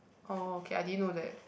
oh okay I didn't know that